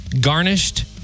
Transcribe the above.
Garnished